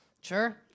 Sure